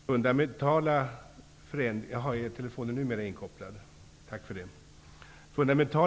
Herr talman! Flykting och invandrarpolitiken är en stor och komplicerad fråga med många bottnar. Vår nuvarande lagstiftning på området tillkom under andra omständigheter och med andra förutsättningar än de som gäller i dag.